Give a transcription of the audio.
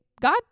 God